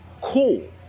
cool